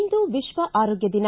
ಇಂದು ವಿಶ್ವ ಆರೋಗ್ಯ ದಿನ